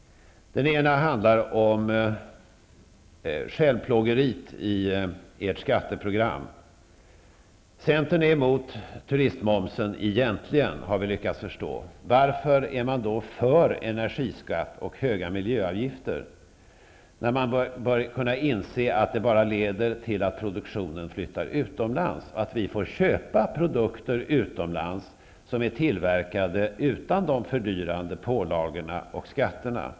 Den ena frågan handlar om självplågeriet i ert skatteprogram. Centern är egentligen emot turistmomsen. Det har vi lyckats förstå. Men varför är man då för energiskatt och höga miljöavgifter? Man bör kunna inse att sådant enbart leder till att produktionen flyttar utomlands, till att vi får köpa produkter utomlands som är tillverkade utan fördyrande pålagor och skatter.